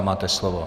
Máte slovo.